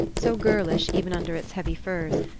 so girlish even under its heavy furs,